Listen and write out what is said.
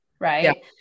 Right